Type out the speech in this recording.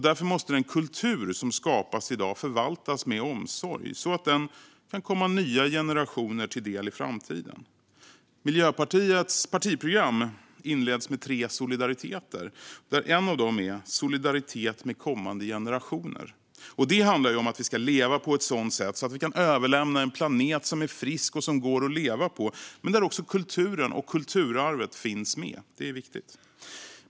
Därför måste den kultur som skapas i dag förvaltas med omsorg så att den kan komma nya generationer till del i framtiden. Miljöpartiets partiprogram inleds med tre solidariteter. En av dem är solidaritet med kommande generationer. Det handlar om att vi ska leva på ett sådant sätt att vi kan överlämna en planet som är frisk och som går att leva på men där också kulturen och kulturarvet finns med. Det är viktigt.